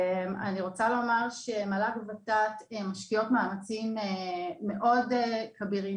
אני רוצה לומר שמל"ג ות"ת משקיעות מאמצים מאוד כבירים,